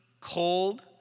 cold